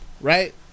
Right